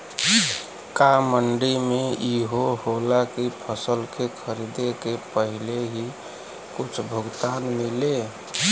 का मंडी में इहो होला की फसल के खरीदे के पहिले ही कुछ भुगतान मिले?